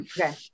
Okay